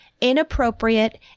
inappropriate